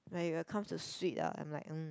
like if I come to sweet ah I'm like um